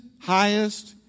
highest